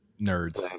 nerds